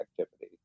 activity